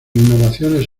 innovaciones